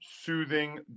soothing